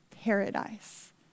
paradise